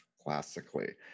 classically